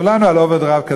כולנו על אוברדרפט,